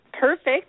perfect